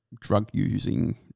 drug-using